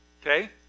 Okay